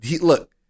Look